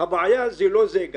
הבעיה זה לא זה,